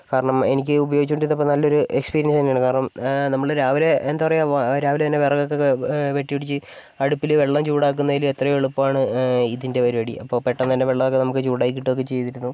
കാരണം എനിക്ക് ഉപയോഗിച്ച് കൊണ്ടിരുന്നപ്പോൾ നല്ലൊരു എക്സ്പീരിയൻസ് തന്നെയാണ് കാരണം നമ്മൾ രാവിലെ എന്താണ് പറയുക രാവിലെ തന്നെ വിറകൊക്കെ വെട്ടിയൊടിച്ച് അടുപ്പിൽ വെള്ളം ചൂടാക്കുന്നതിലും എത്രയൊ എളുപ്പമാണ് ഇതിൻ്റെ പരിപാടി അപ്പം പെട്ടെന്ന് തന്നെ വെള്ളം ഒക്കെ നമുക്ക് ചൂടാക്കി കിട്ടുവൊക്കെ ചെയ്തിരുന്നു